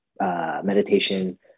Meditation